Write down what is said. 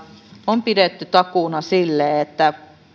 on pidetty takuuna sille että